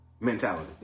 mentality